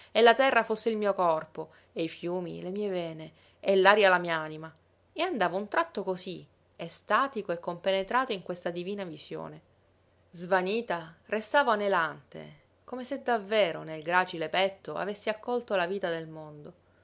membra la terra fosse il mio corpo e i fiumi le mie vene e l'aria la mia anima e andavo un tratto cosí estatico e compenetrato in questa divina visione svanita restavo anelante come se davvero nel gracile petto avessi accolto la vita del mondo